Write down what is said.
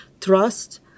trust